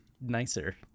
nicer